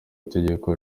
itegeko